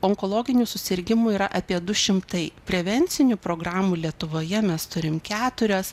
onkologinių susirgimų yra apie du šimtai prevencinių programų lietuvoje mes turim keturias